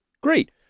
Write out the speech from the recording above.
Great